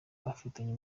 ufitanye